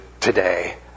today